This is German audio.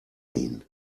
ihn